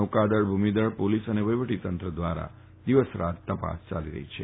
નૌકાદળ ભૂમિદળ પોલીસ અને વહિવટીતંત્ર દ્વારા દિવસરાત તપાસ ચાલી રફી છે